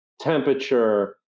temperature